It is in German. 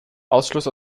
ausschluss